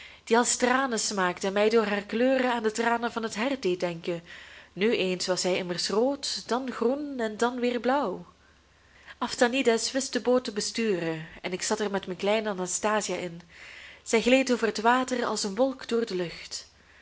die als tranen smaakte en mij door haar kleuren aan de tranen van het hert deed denken nu eens was zij immers rood dan groen en dan weer blauw aphtanides wist de boot te besturen en ik zat er met mijn kleine anastasia in zij gleed over het water als een wolk door de lucht